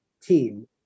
team